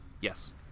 yes